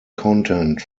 content